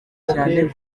cyane